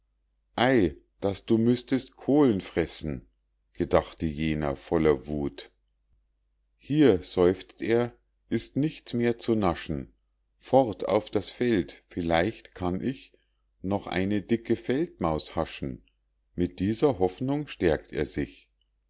ei daß du müßtest kohlen fressen gedachte jener voller wuth hier seufzt er ist nichts mehr zu naschen fort auf das feld vielleicht kann ich noch eine dicke feldmaus haschen mit dieser hoffnung stärkt er sich